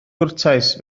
gwrtais